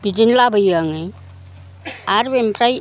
बिदिनो लाबोयो आङो आरो बेनिफ्राय